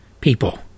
people